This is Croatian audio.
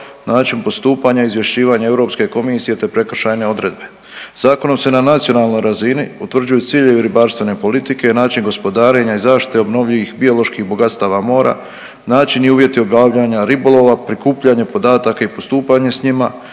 način postupanja, izvješćivanje Europske komisije te prekršajne odredbe. Zakonom se na nacionalnoj razini utvrđuju ciljevi ribarstvene politike, način gospodarenja i zaštite obnovljivih bioloških bogatstava mora, načini i uvjeti obavljanja ribolova, prikupljanja podataka i postupanje s njima,